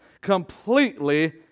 completely